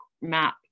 map